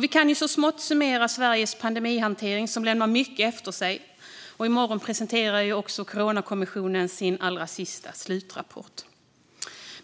Vi kan nämligen så smått summera Sveriges pandemihantering, som lämnar mycket att önska. Och i morgon presenterar Coronakommissionen sin allra sista slutrapport.